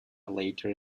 later